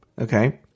Okay